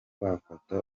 wafata